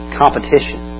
competition